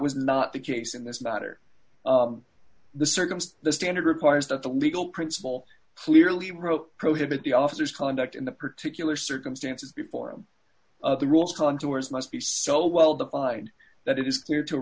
was not the case in this matter the circumstance the standard requires that the legal principle clearly wrote prohibit the officers conduct in the particular circumstances before him the rules contours must be so well defined that it is clear to a